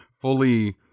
fully